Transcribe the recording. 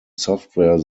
software